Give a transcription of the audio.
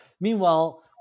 Meanwhile